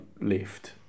lift